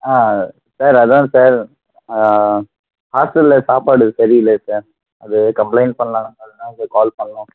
sir அதான் sir ஹாஸ்டலில் சாப்பாடு சரியில்லை சார் அது கம்ப்ளைன்ட் பண்ணலான் சொல்லிட்டு தான் சார் கால் பண்ணோம்